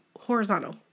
horizontal